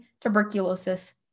tuberculosis